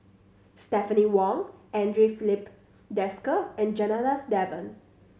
Stephanie Wong Andre Filipe Desker and Janadas Devan